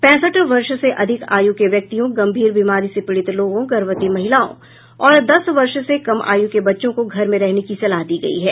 पैंसठ वर्ष से अधिक आयु के व्यक्तियों गंभीर बीमारी से पीडित लोगों गर्भवती महिलाओं और दस वर्ष से कम आयु के बच्चों को घर में रहने की सलाह दी गई है